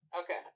Okay